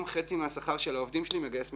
חצי מהשכר של העובדים שלי אני היום מגייס מתרומות.